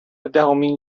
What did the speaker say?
دهمین